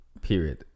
period